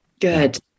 Good